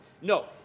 No